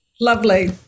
Lovely